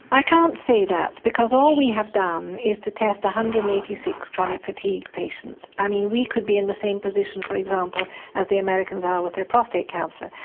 i can't say that because all we have done is to test one hundred and eighty six chronic fatigue patients, i mean we could be in the same position for example as the americans are with their prostate cancer.